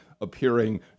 appearing